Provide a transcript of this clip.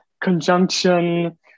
conjunction